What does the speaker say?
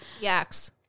Yaks